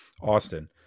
Austin